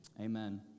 Amen